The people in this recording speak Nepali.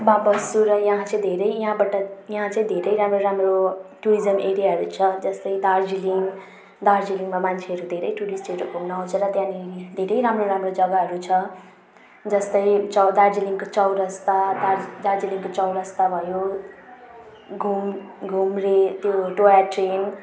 मा बस्छु र यहाँ चाहिँ धेरै यहाँबाट यहाँ चाहिँ धेरै राम्रो राम्रो टुरिज्म एरियाहरू छ जस्तै दार्जिलिङ दार्जिलिङमा मान्छेहरू धेरै टुरिस्टहरू घुम्नु आउँछ र त्यहाँनेरि धेरै राम्रो राम्रो जगाहरू छ जस्तै दार्जिलिङको चौरस्ता दार्जिलिङको चौरस्ता भयो घुम घुम रेल त्यो टोय ट्रेन